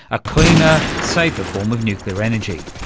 a cleaner, safer form of nuclear energy?